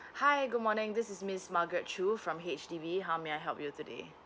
hi good morning this is miss margaret chua from H_D_B how may I help you today